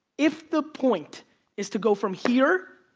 if the point is to go from here